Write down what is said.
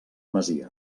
masia